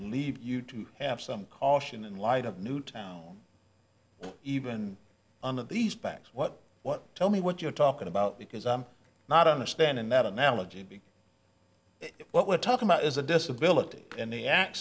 leave you to have some caution in light of newtown even on these banks what what tell me what you're talking about because i'm not understanding that analogy if what we're talking about is a disability and he act